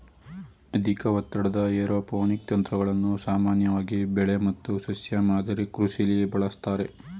ಅಧಿಕ ಒತ್ತಡದ ಏರೋಪೋನಿಕ್ ತಂತ್ರಗಳನ್ನು ಸಾಮಾನ್ಯವಾಗಿ ಬೆಳೆ ಮತ್ತು ಸಸ್ಯ ಮಾದರಿ ಕೃಷಿಲಿ ಬಳಸ್ತಾರೆ